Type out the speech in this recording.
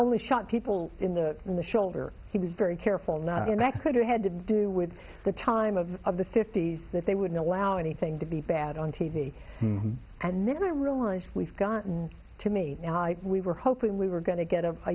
only shot people in the in the shoulder he was very careful not to and that could have had to do with the time of of the fifty's that they wouldn't allow anything to be bad on t v and then i realized we've gotten to me and i we were hoping we were going to get